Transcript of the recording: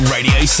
Radio